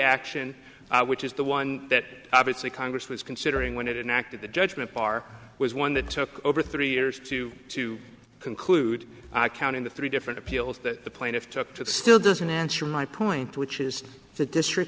action which is the one that obviously congress was considering when it inactive the judgment bar was one that took over three years to to conclude i count in the three different appeals that the plaintiff took to it still doesn't answer my point which is the district